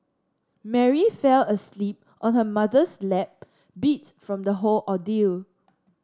Mary fell asleep on her mother's lap beat from the whole ordeal